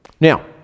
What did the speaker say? Now